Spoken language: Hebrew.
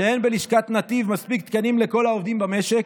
שאין בלשכת נתיב מספיק תקנים לכל העובדים במשק?